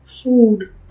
food